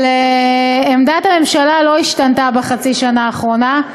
אבל עמדת הממשלה לא השתנתה בחצי השנה האחרונה.